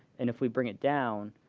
and if we bring it down,